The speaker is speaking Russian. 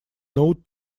ноут